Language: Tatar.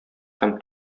һәм